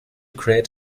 create